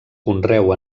conreu